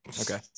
Okay